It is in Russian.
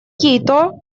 кито